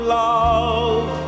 love